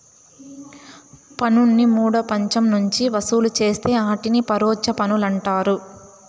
పన్నుని మూడో పచ్చం నుంచి వసూలు చేస్తే ఆటిని పరోచ్ఛ పన్నులంటారు